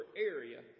area